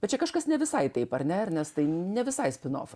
bet čia kažkas ne visai taip ar ne ernestai ne visai spinofas